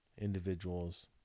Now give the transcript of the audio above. Individuals